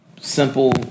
simple